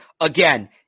again